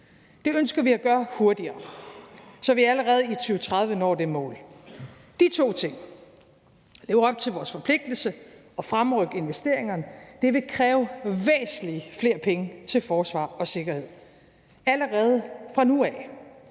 Det ønsker vi at gøre hurtigere, så vi allerede i 2030 når det mål. De to ting, at leve op til vores forpligtelse og fremrykke investeringerne, vil kræve væsentlig flere penge til forsvar og sikkerhed allerede fra nu af.